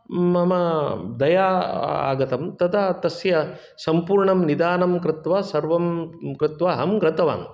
मम दया आगतं ततः तस्य सम्पूर्णं निदानं कृत्वा सर्वं कृत्वा अहं गतवान्